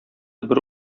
бер